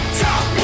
top